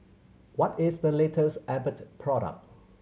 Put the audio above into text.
what is the latest Abbott product